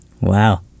Wow